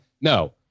No